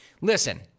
Listen